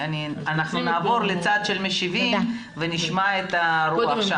נעבור לצד של המשיבים ונשמע שם את הרוח.